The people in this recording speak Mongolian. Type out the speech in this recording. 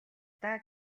даа